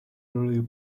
earlier